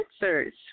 answers